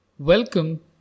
Welcome